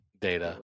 data